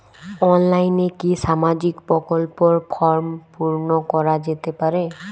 অনলাইনে কি সামাজিক প্রকল্পর ফর্ম পূর্ন করা যেতে পারে?